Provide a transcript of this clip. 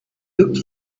looked